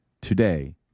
today